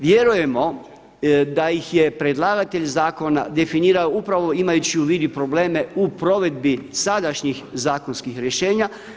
Vjerujemo da ih je predlagatelj zakona definirao upravo imajući u vidu i probleme u provedbi sadašnjih zakonskih rješenja.